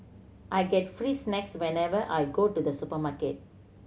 I get free snacks whenever I go to the supermarket